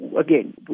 again